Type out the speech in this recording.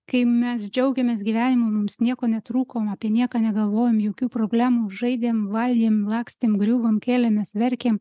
kai mes džiaugėmės gyvenimu mums nieko netrūkom apie nieką negalvojom jokių problemų žaidėm valgėm lakstėm griuvom kėlėmės verkėm